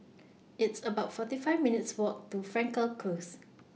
It's about forty five minutes' Walk to Frankel Close